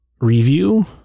review